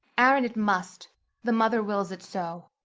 aaron, it must the mother wills it so.